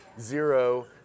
zero